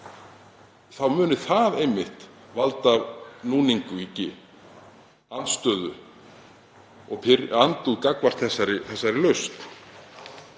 muni það einmitt valda núningi, andstöðu og andúð gagnvart þessari lausn.